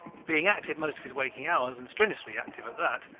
being active most of his waking hours, and strenuously active at that,